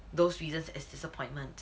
those reasons as disappointment